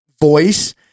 voice